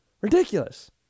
ridiculous